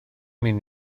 mynd